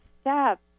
step